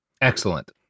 Excellent